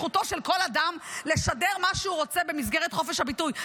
זכותו של כל אדם לשדר מה שהוא רוצה במסגרת חופש הביטוי,